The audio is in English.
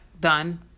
done